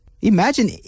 Imagine